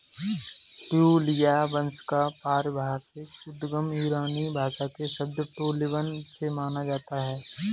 ट्यूलिया वंश का पारिभाषिक उद्गम ईरानी भाषा के शब्द टोलिबन से माना जाता है